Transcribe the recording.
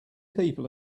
people